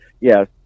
Yes